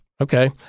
Okay